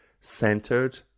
centered